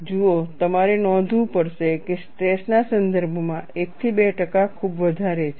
જુઓ તમારે નોંધવું પડશે કે સ્ટ્રેસના સંદર્ભમાં 1 થી 2 ટકા ખૂબ વધારે છે